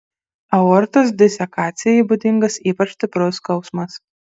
aortos disekacijai būdingas ypač stiprus skausmas